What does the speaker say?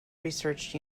research